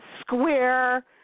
Square